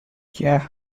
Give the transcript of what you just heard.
yeah